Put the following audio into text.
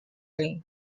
rink